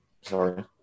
sorry